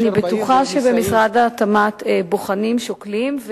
אני בטוחה שבמשרד התמ"ת בוחנים, שוקלים.